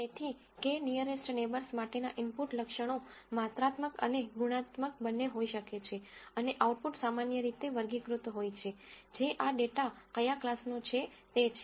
તેથી k nearest neighbours માટેના input લક્ષણો માત્રાત્મક અને ગુણાત્મક બંને હોઈ શકે છે અને આઉટપુટ સામાન્ય રીતે વર્ગીકૃત હોય છે જે આ ડેટા કયા ક્લાસનો છે તે છે